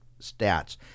stats